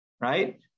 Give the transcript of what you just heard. right